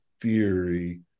theory